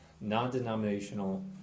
non-denominational